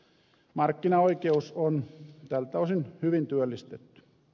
markkinaoikeus on tältä osin hyvin työllistetty